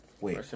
Wait